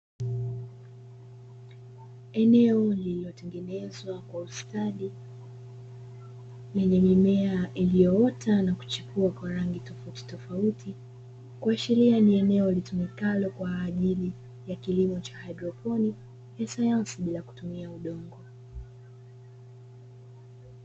Eneo lililotengenezwa kwa ustadi lenye mimea iliyoota na kuchipua kwa rangi tofauti tofauti, kuashiria ni eneo litumikalo kwa ajili ya kilimo cha hdroponi ya sayansi bila kutumia udongo.